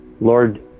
Lord